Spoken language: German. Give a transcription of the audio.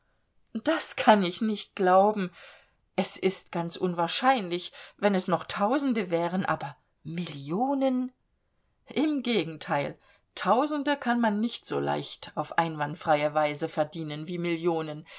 das kann ich nicht glauben es ist ganz unwahrscheinlich wenn es noch tausende wären aber millionen im gegenteil tausende kann man nicht so leicht auf einwandfreie weise verdienen wie millionen